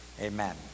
Amen